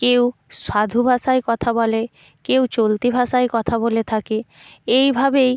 কেউ সাধু ভাষায় কথা বলে কেউ চলতি ভাষায় কথা বলে থাকে এইভাবেই